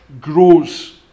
grows